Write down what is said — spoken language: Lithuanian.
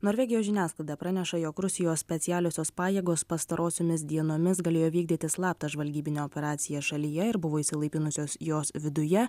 norvegijos žiniasklaida praneša jog rusijos specialiosios pajėgos pastarosiomis dienomis galėjo vykdyti slaptą žvalgybinę operaciją šalyje ir buvo išsilaipinusios jos viduje